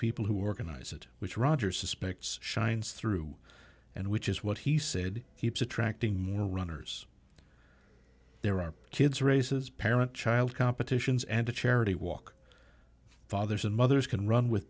people who work in eyes it which roger suspects shines through and which is what he said he was attracting more runners there are kids races parent child competitions and a charity walk fathers and mothers can run with